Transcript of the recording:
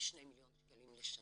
שני מיליון שקלים לשנה.